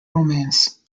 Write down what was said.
romance